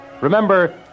Remember